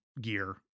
gear